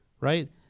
right